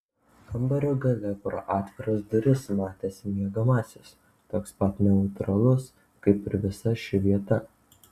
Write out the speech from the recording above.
kambario gale pro atviras duris matėsi miegamasis toks pat neutralus kaip ir visa ši vieta